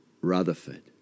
Rutherford